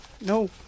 no